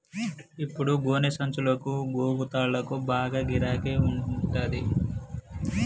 ఇప్పుడు గోనె సంచులకు, గోగు తాళ్లకు బాగా గిరాకి ఉంటంది